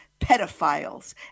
pedophiles